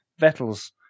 Vettel's